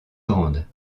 grande